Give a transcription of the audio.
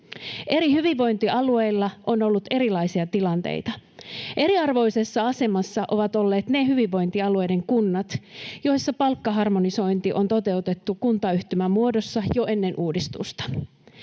Eri hyvinvointialueilla on ollut erilaisia tilanteita. Eriarvoisessa asemassa ovat olleet ne hyvinvointialueiden kunnat, joissa palkkaharmonisointi on toteutettu kuntayhtymämuodossa jo ennen uudistusta.